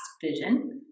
vision